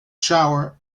shower